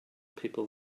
people